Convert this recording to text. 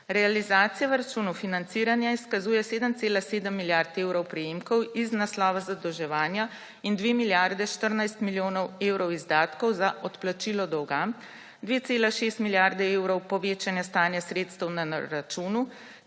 Realizacija v računu financiranja izkazuje 7,7 milijard evrov prejemkov iz naslova zadolževanja in 2 milijardi 14 milijonov evrov izdatkov za odplačilo dolga, 2,6 milijarde evrov povečanja stanja sredstev na računu